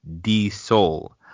D-Soul